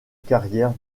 carrière